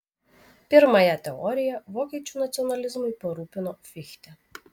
pirmąją teoriją vokiečių nacionalizmui parūpino fichte